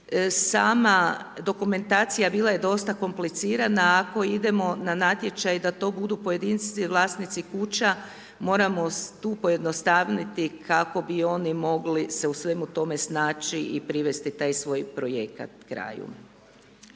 sama dokumentacija bila je dosta komplicirana, ako idemo na natječaj da to budu pojedinci vlasnici kuća moramo tu pojednostavniti kako bi oni mogli se u svemu tome snaći i privesti taj svoj projekat kraju.